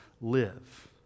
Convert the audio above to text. live